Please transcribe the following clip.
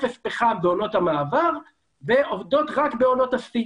רק בעונות השיא.